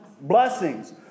Blessings